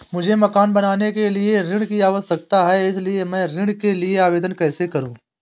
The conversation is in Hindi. मुझे मकान बनाने के लिए ऋण की आवश्यकता है इसलिए मैं ऋण के लिए आवेदन कैसे करूं?